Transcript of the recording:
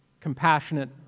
compassionate